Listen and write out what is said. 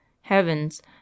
Heavens